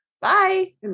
bye